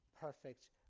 perfect